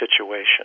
situation